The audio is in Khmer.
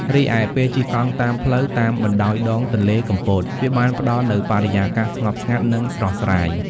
រីឯ ពេលជិះកង់តាមផ្លូវតាមបណ្តោយដងទន្លេកំពត វាបានផ្ដល់នូវបរិយាកាសស្ងប់ស្ងាត់ និងស្រស់ស្រាយ។